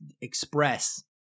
express